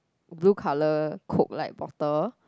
blue color Coke like bottle